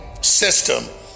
system